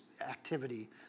activity